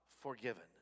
forgiven